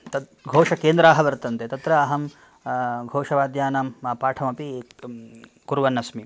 तत् घोषकेन्द्राः वर्तन्ते तत्र अहं घोषवाद्यानां पाठमपि कुर्वन् अस्मि